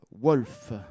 Wolf